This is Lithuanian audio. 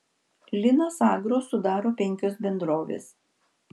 linas agro sudaro penkios bendrovės